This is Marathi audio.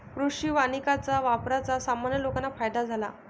कृषी वानिकाच्या वापराचा सामान्य लोकांना फायदा झाला